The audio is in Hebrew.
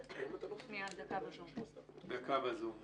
שכל אחד יהיה עם עצמו, יבין מאיפה הוא בא,